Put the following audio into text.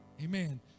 Amen